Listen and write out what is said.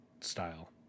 style